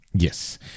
yes